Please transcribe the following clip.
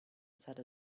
said